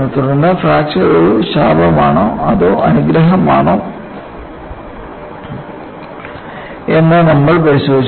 തുടർന്ന് ഫ്രാക്ചർ ഒരു ശാപമാണോ അതോ അനുഗ്രഹമാണോ എന്നും നമ്മൾ പരിശോധിച്ചു